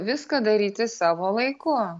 viską daryti savo laiku